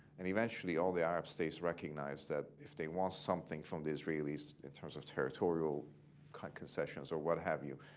and eventually all the arab states recognized that if they want something from the israelis in terms of territorial concessions or what have you,